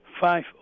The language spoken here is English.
five